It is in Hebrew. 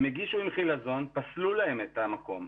הם הגישו עם חילזון, פסלו להם את המקום.